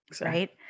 right